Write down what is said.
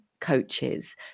Coaches